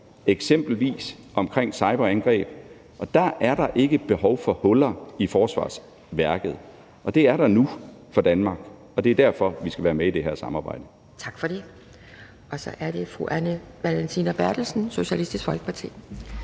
eksempelvis i forhold til cyberangreb. Og der er der ikke behov for huller i forsvarsværket, og det er der nu for Danmark, og det er derfor, vi skal være med i det her samarbejde. Kl. 10:54 Anden næstformand (Pia Kjærsgaard): Tak for det. Så er det fru Anne Valentina Berthelsen, Socialistisk Folkeparti.